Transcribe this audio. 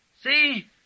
See